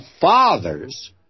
fathers